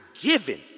given